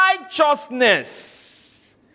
righteousness